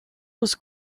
was